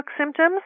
symptoms